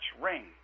ring